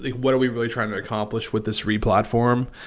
what are we really trying to accomplish with this replatform?